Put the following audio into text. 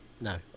No